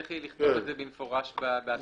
צריך יהיה לכתוב את זה במפורש בהצעת החוק.